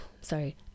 sorry